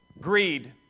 Greed